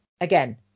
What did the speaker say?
again